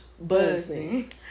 buzzing